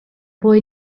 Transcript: boy